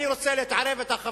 אני רוצה להתערב אתך,